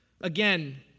Again